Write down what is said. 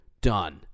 Done